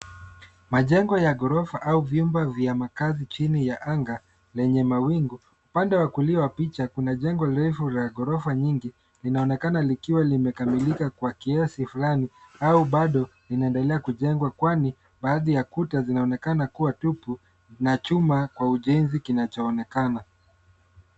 Majengo ya ghorofa au vyumba vya makazi chini ya anga lenye mawingu. Upande wa kulia wa picha, kuna jengo refu la ghorofa nyingi linaonekana likiwa limekamilika kwa kiasi fulani au bado linaendelea kujengwa, kwani baadhi ya kuta zinaonekana kuwa tupu na chuma kwa ujenzi kinachoonekana.